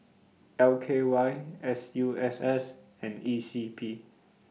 L K Y S U S S and E C P